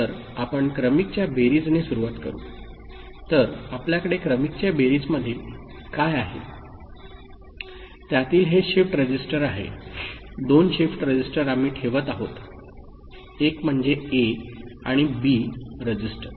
तर आपण क्रमिकच्या बेरीज ने सुरुवात करु तर आपल्याकडे क्रमिकच्या बेरीज मध्ये काय आहे त्यातील हे शिफ्ट रजिस्टर आहे दोन शिफ्ट रजिस्टर आम्ही ठेवत आहोत एक म्हणजे ए आणि बी रजिस्टर